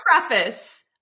preface